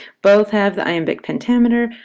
both have the iambic pentameter,